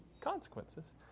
consequences